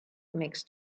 makes